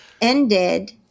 ended